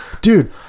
Dude